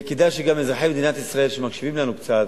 כדאי שגם אזרחי מדינת ישראל שמקשיבים לנו קצת,